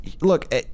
look